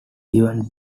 even